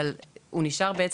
אבל הוא נשאר בעצם,